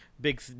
big